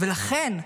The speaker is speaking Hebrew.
ולכן,